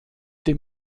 dem